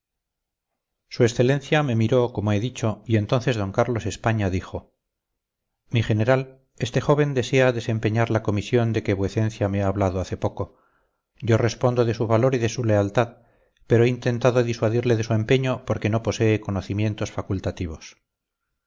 su excelencia me miró como he dicho y entonces d carlos españa dijo mi general este joven desea desempeñar la comisión de que vuecencia me ha hablado hace poco yo respondo de su valor y de su lealtad pero he intentado disuadirle de su empeño porque no posee conocimientos facultativos